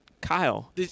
Kyle